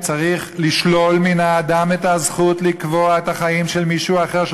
צריך לשלול מן האדם את הזכות לקבוע את החיים של מישהו אחר,